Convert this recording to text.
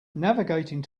navigating